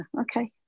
okay